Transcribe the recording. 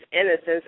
innocence